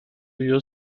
viudo